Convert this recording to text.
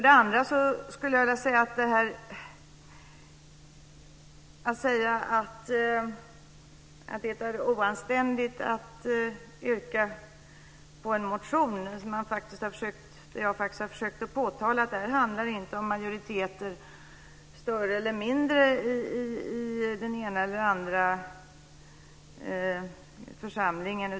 Dessutom sägs det att det är oanständigt att yrka bifall till en motion. Jag har försökt att påtala att detta inte handlar om större eller mindre majoriteter i den ena eller den andra församlingen.